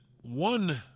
one